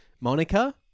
Monica